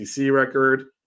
record